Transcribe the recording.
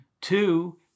two